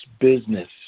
business